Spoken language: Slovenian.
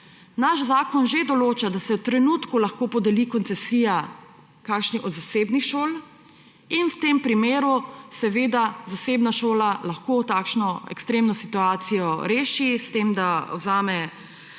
naš zakon že določa, da se v trenutku lahko podeli koncesija kakšni od zasebnih šol. V tem primeru lahko zasebna šola takšno ekstremno situacijo reši s tem, da vzame